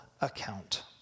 account